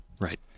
Right